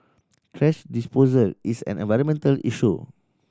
thrash disposal is an environmental issue